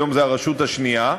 היום זו הרשות השנייה,